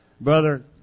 Brother